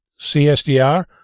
CSDR